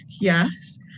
yes